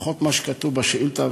לפחות מה שכתוב בשאילתה,